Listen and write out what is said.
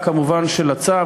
כמובן עם הפרה של הצו,